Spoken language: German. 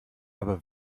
aber